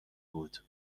بود